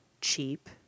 cheap